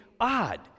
odd